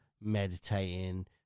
meditating